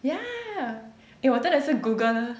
yeah eh 我真的是 Google